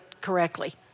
correctly